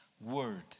word